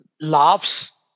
laughs